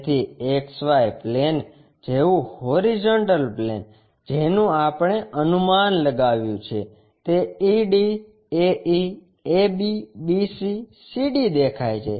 તેથી X Y plane જેવું horizontal plane જેનું આપણે અનુમાન લગાવ્યું છે તે ED AE AB BC CD દેખાય છે